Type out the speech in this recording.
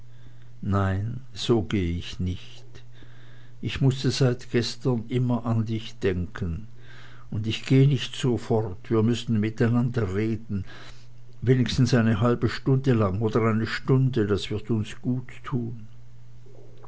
nein so geh ich nicht ich mußte seit gestern immer an dich denken und ich geh nicht so fort wir müssen miteinander reden wenigstens eine halbe stunde lang oder eine stunde das wird uns guttun